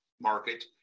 market